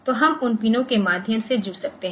तो हम उन पिनों के माध्यम से जुड़ सकते हैं